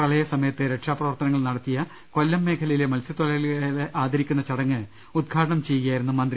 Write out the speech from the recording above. പ്രളയ സമയത്ത് രക്ഷാപ്രവർത്തനങ്ങൾ നടത്തിയ കൊല്ലം മേഖലയിലെ മത്സ്യത്തൊഴിലാളികളെ ആദരിക്കുന്ന ചടങ്ങ് ഉദ്ഘാടനം ചെയ്യുകയായിരുന്നു അവർ